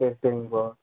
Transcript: சரி சரிங்க ப்ரோ